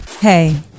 Hey